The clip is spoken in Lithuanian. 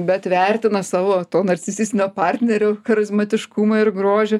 bet vertina savo to narcisistinio partnerio charizmatiškumą ir grožį